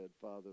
Father